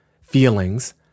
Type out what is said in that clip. feelings